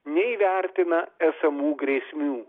neįvertina esamų grėsmių